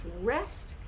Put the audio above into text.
rest